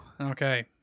Okay